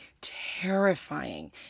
terrifying